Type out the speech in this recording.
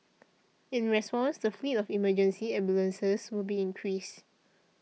in response the fleet of emergency ambulances will be increased